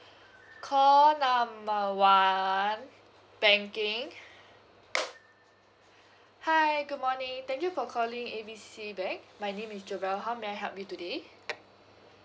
call number one banking hi good morning thank you for calling A B C bank my name is jovelle how may I help you today